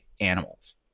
animals